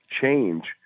change